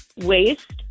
waste